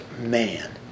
man